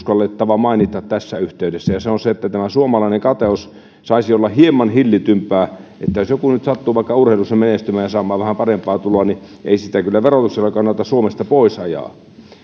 mielestäni uskallettava mainita tässä yhteydessä on se että suomalainen kateus saisi olla hieman hillitympää että jos joku nyt sattuu vaikka urheilussa menestymään ja saamaan vähän parempaa tuloa niin ei sitä kyllä verotuksella kannata suomesta pois ajaa